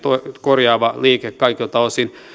korjaava liikkeenne kaikilta osin